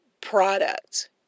product